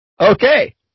Okay